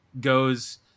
goes